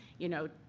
you know,